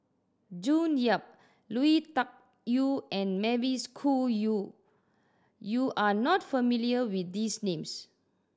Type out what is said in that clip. June Yap Lui Tuck Yew and Mavis Khoo Yew you are not familiar with these names